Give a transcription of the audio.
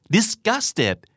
Disgusted